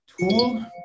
tool